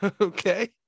okay